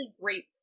great